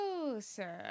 closer